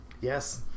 Yes